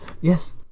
Yes